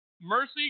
Mercy